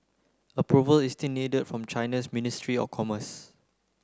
approval is still needed from China's ministry of commerce